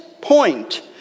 point